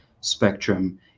spectrum